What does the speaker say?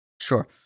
Sure